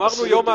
אמרנו יום עשירי,